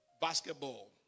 basketball